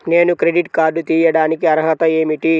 నేను credit card తీయడానికి అర్హత ఏమిటి?